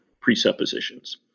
presuppositions